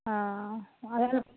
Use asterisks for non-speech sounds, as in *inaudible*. हँ *unintelligible*